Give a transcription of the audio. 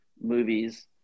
movies